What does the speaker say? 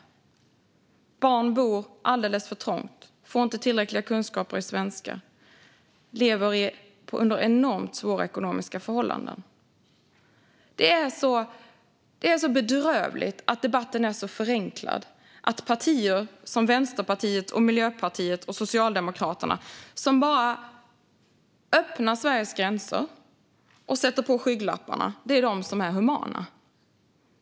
Barn bor alldeles för trångt, får inte tillräckliga kunskaper i svenska och lever under enormt svåra ekonomiska förhållanden. Det är så bedrövligt att debatten är så förenklad, att partier som Vänsterpartiet, Miljöpartiet och Socialdemokraterna, som bara öppnar Sveriges gränser och sätter på sig skygglapparna, är de som är humana.